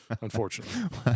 unfortunately